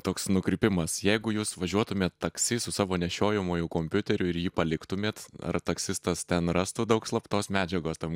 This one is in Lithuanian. toks nukrypimas jeigu jūs važiuotumėt taksi su savo nešiojamuoju kompiuteriu ir jį paliktumėt ar taksistas ten rastų daug slaptos medžiagos tam